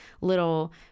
little